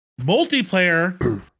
Multiplayer